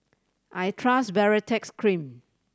I trust Baritex Cream